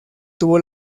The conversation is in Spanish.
tuvo